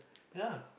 ya